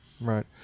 Right